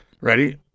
ready